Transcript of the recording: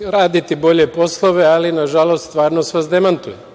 raditi bolje poslove, ali nažalost stvarnost vas demantuje. Ja